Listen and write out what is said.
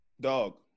Dog